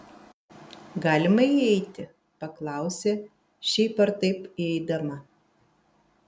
galima įeiti paklausė šiaip ar taip įeidama